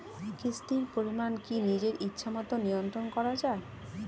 কিস্তির পরিমাণ কি নিজের ইচ্ছামত নিয়ন্ত্রণ করা যায়?